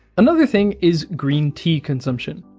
another thing is green tea consumption.